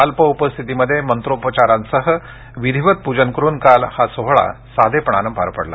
अल्प उपस्थितीमध्ये मंत्रोपचारांसह विधीवत पूजन करुन काल संजीवन समाधी सोहोळा साधेपणानं पार पडला